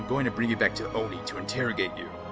going to bring you back to oni to interrogate you.